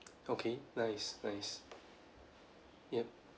okay nice nice yup